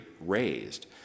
raised